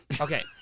Okay